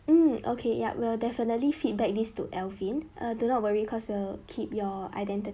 um okay yup will definitely feedback this to elvin err do not worry because we'll keep your identity